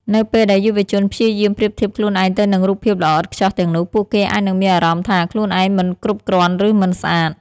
នៅពេលដែលយុវជនព្យាយាមប្រៀបធៀបខ្លួនឯងទៅនឹងរូបភាពល្អឥតខ្ចោះទាំងនោះ ពួកគេអាចនឹងមានអារម្មណ៍ថា ខ្លួនឯងមិនគ្រប់គ្រាន់ ឬ មិនស្អាត។